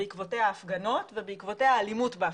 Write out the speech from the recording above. בעקבותיה הפגנות ובעקבותיה אלימות בהפגנות.